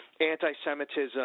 anti-Semitism